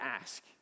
ask